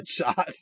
headshot